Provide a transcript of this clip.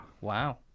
wow